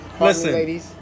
Listen